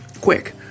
Quick